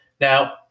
Now